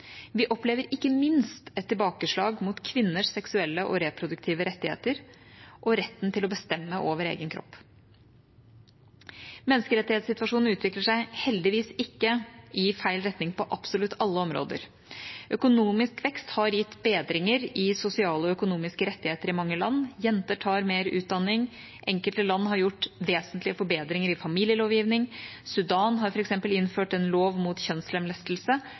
Vi opplever ikke minst et tilbakeslag mot kvinners seksuelle og reproduktive rettigheter og retten til å bestemme over egen kropp. Menneskerettighetssituasjonen utvikler seg heldigvis ikke i feil retning på absolutt alle områder. Økonomisk vekst har gitt bedringer i sosiale og økonomiske rettigheter i mange land. Jenter tar mer utdanning. Enkelte land har gjort vesentlige forbedringer i familielovgivning. Sudan har f.eks. innført en lov mot kjønnslemlestelse.